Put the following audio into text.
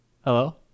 Hello